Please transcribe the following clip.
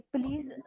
Please